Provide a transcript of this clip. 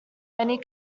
many